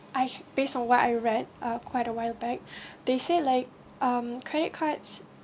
I should based on what I read uh quite a while right they say like um credit cards